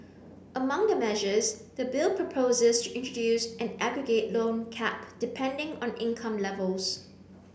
among the measures the bill proposes to introduce an aggregate loan cap depending on income levels